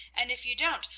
and if you don't,